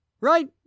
right